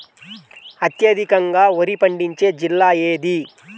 అత్యధికంగా వరి పండించే జిల్లా ఏది?